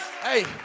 Hey